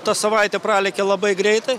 ta savaitė pralėkė labai greitai